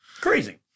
Crazy